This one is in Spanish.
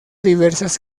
diversas